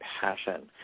passion